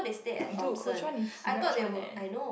Dude Kuo Chuan is Heeraj one eh